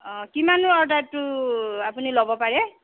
অ কিমানৰ অৰ্ডাৰটো আপুনি ল'ব পাৰে